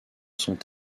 sont